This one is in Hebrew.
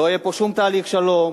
לא יהיה פה שום תהליך שלום,